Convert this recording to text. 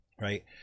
right